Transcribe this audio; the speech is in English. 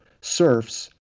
serfs